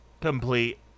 complete